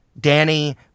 Danny